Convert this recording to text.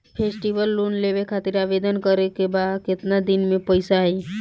Festival loan लेवे खातिर आवेदन करे क बाद केतना दिन म पइसा आई?